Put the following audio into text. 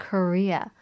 Korea